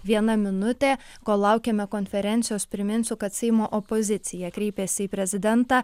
viena minutė kol laukiame konferencijos priminsiu kad seimo opozicija kreipėsi į prezidentą